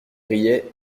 riait